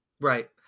Right